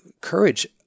courage